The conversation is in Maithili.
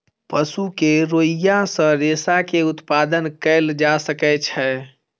पशु के रोईँयाँ सॅ रेशा के उत्पादन कयल जा सकै छै